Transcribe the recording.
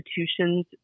institutions